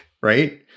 right